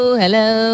hello